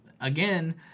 again